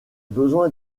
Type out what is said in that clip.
besoin